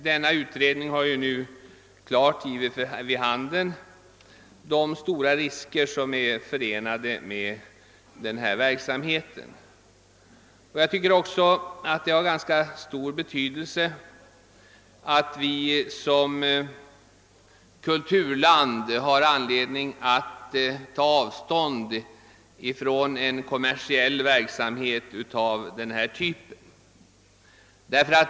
Denna utredning har nu klart givit vid handen de stora risker som är förenade med boxningen. Jag tycker också att Sverige som ett kulturland har ganska stor anledning att ta avstånd från en kommersiell verksamhet av denna typ.